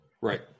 Right